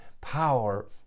power